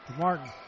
Martin